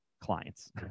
clients